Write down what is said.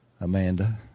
Amanda